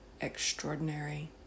extraordinary